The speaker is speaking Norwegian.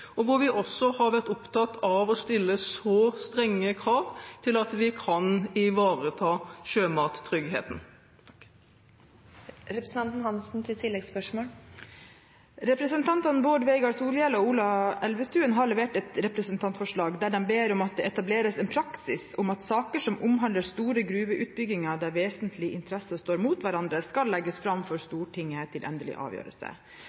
vi har også vært opptatt av å stille så strenge krav at vi kan ivareta sjømattryggheten. Representantene Bård Vegar Solhjell og Ola Elvestuen har levert et representantforslag der de ber om at det etableres en praksis om at saker som omhandler store gruveutbygginger der vesentlige interesser står mot hverandre, skal legges fram for Stortinget til endelig avgjørelse.